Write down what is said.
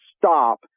stop